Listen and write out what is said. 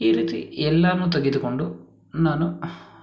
ಈ ರೀತಿ ಎಲ್ಲನು ತೆಗೆದುಕೊಂಡು ನಾನು